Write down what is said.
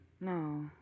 No